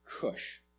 Cush